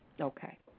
Okay